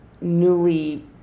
newly